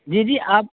جی جی آپ